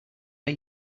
are